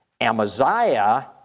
Amaziah